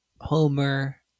homer